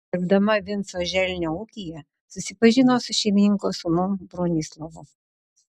dirbdama vinco želnio ūkyje susipažino su šeimininko sūnum bronislovu